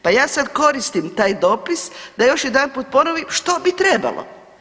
Pa ja sad koristim taj dopis da još jedanput ponovim što bi trebalo.